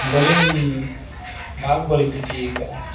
ᱵᱟᱹᱞᱤᱧ ᱵᱷᱟᱜᱽ ᱵᱟᱹᱞᱤᱧ ᱤᱫᱤᱭ ᱠᱟᱜᱼᱟ